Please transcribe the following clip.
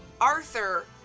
Arthur